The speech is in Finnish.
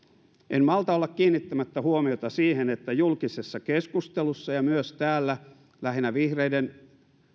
en malta olla kiinnittämättä huomiota siihen että julkisessa keskustelussa ja myös täällä lähinnä vihreiden